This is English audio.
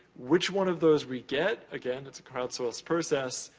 which one of those we get, again, it's a crowdsourced process,